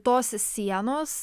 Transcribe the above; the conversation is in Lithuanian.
tos sienos